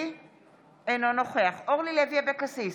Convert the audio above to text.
אינו נוכח אורלי לוי אבקסיס,